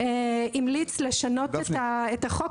לשנות את החוק,